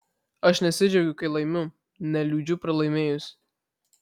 aš nesidžiaugiu kai laimiu neliūdžiu pralaimėjusi